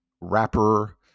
rapper